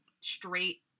straight